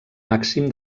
màxim